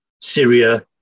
Syria